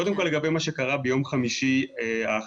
קודם כל לגבי מה שקרה ביום חמישי האחרון,